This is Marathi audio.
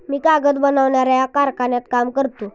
मी कागद बनवणाऱ्या कारखान्यात काम करतो